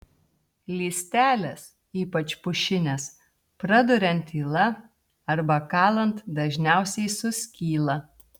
lystelės ypač pušinės praduriant yla arba kalant dažniausiai suskyla